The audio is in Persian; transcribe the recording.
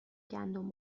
گندم